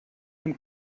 dem